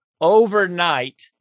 overnight